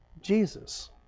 Jesus